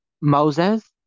Moses